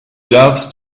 loves